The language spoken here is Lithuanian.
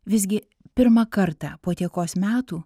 visgi pirmą kartą po tiekos metų